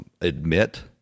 admit